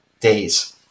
days